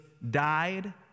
died